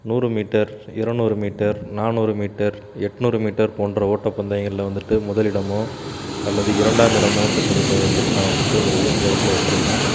நூறு மீட்டர் இரநூறு மீட்டர் நானூறு மீட்டர் எட்நூறு மீட்டர் போன்ற ஓட்டப்பந்தயங்கள்ல வந்துவிட்டு முதலிடமோ அல்லது இரண்டாம் இடமோ பெற்றுருக்கறதை வந்துவிட்டு நான் வந்துவிட்டு ஒரு உயர்ந்த இடத்துல வச்சிருக்குறேன்